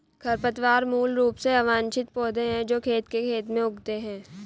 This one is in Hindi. खरपतवार मूल रूप से अवांछित पौधे हैं जो खेत के खेत में उगते हैं